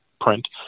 print